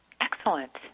Excellent